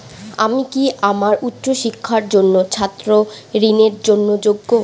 আমি কি আমার উচ্চ শিক্ষার জন্য ছাত্র ঋণের জন্য যোগ্য?